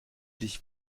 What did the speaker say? dich